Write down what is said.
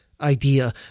idea